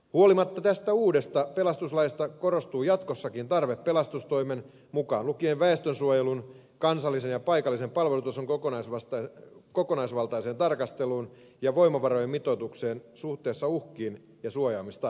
huolimatta tästä uudesta pelastuslaista korostuu jatkossakin tarve pelastustoimen mukaan lukien väestönsuojelun kansallisen ja paikallisen palvelutason kokonaisvaltaiseen tarkasteluun ja voimavarojen mitoitukseen suhteessa uhkiin ja suojaamistarpeeseen